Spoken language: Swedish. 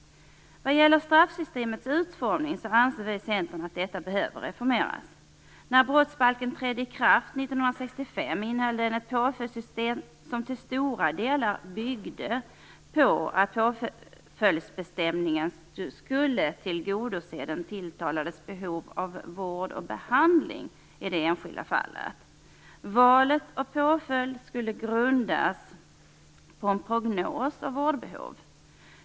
Vad gäller straffsystemets utformning anser vi i Centern att detta behöver reformeras. När brottsbalken trädde i kraft år 1965 innehöll den ett påföljdssystem som till stora delar byggde på att påföljdsbestämningen skulle tillgodose den tilltalades behov av vård och behandling i det enskilda fallet. Valet av påföljd skulle grundas på en prognos av vårdbehov.